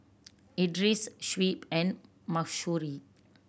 Idris Shuib and Mahsuri